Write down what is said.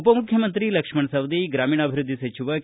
ಉಪಮುಖ್ಯಮಂತ್ರಿ ಲಕ್ಷ್ಮಣ ಸವದಿ ಗ್ರಾಮೀಣಾಭಿವೃದ್ಧಿ ಸಚಿವ ಕೆ